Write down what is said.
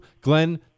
Glenn